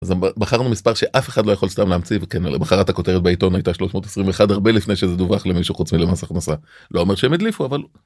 בחרנו מספר שאף אחד לא יכול סתם להמציא וכן למחרת הכותרת בעיתון הייתה 321 הרבה לפני שזה דווח למישהו חוץ מלמס הכנסה . לא אומר שהם הדליפו אבל.